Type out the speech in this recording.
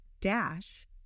dash